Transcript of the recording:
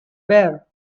bear